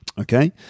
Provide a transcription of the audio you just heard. Okay